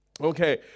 Okay